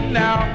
now